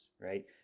right